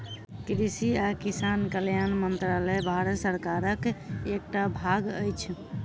कृषि आ किसान कल्याण मंत्रालय भारत सरकारक एकटा भाग अछि